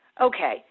Okay